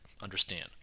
understand